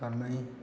खारनाय